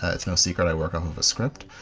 ah it's no secret i work off a script.